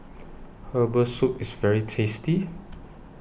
Herbal Soup IS very tasty